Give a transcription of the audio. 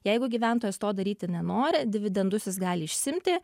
jeigu gyventojas to daryti nenori dividendus jis gali išsiimti